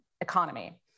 economy